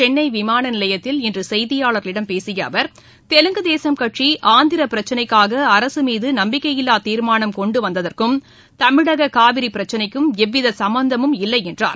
சென்னை விமான நிலையத்தில் இன்று செய்தியாளர்களிடம் பேசிய அவர் தெலுங்கு தேசம் கட்சி ஆந்திர பிரச்சினைக்காக அரசு மீது நம்பிக்கையில்லா தீர்மானம் கொண்டு வந்ததற்கும் தமிழக காவிரி பிரச்சினைக்கும் எவ்வித சம்மந்தமும் இல்லை என்றார்